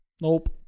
Nope